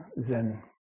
Zen